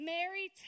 Mary